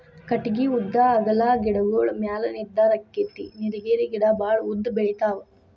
ಕಟಗಿ ಉದ್ದಾ ಅಗಲಾ ಗಿಡಗೋಳ ಮ್ಯಾಲ ನಿರ್ಧಾರಕ್ಕತಿ ನೇಲಗಿರಿ ಗಿಡಾ ಬಾಳ ಉದ್ದ ಬೆಳಿತಾವ